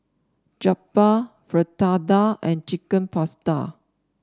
Jokbal Fritada and Chicken Pasta